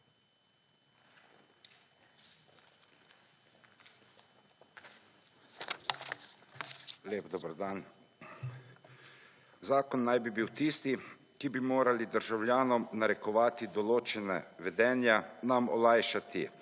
Lep dober dan. Zakon naj bi bil tisti, ki bi morali državljanom narekovati določena vedenja, nam olajšati